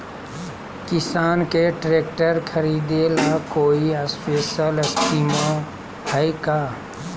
किसान के ट्रैक्टर खरीदे ला कोई स्पेशल स्कीमो हइ का?